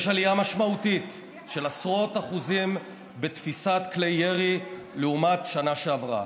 יש עלייה משמעותית של עשרות אחוזים בתפיסת כלי ירי לעומת שנה שעברה.